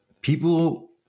People